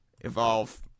Evolve